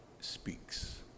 speaks